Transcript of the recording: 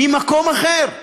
ממקום אחר.